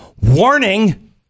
warning